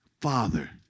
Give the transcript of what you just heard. father